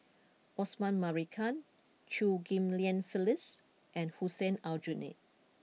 Osman Merican Chew Ghim Lian Phyllis and Hussein Aljunied